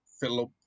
philip